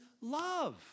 love